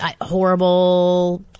horrible